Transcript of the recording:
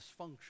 dysfunction